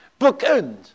bookends